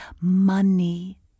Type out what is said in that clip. money